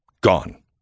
gone